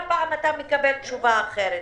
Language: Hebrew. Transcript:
כל פעם אתה מקבל תשובה אחרת.